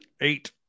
eight